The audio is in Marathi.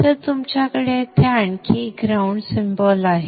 तर तुमच्याकडे येथे आणखी एक ग्राउंड सिम्बॉल आहे